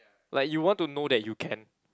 like you want to know that you can